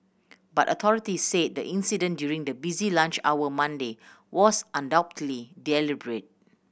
but authorities said the incident during the busy lunch hour Monday was undoubtedly deliberate